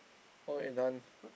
okay done